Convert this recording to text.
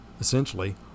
essentially